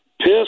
Piss